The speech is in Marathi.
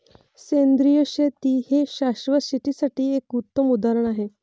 सेंद्रिय शेती हे शाश्वत शेतीसाठी एक उत्तम उदाहरण आहे